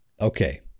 Okay